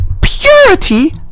Purity